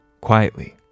quietly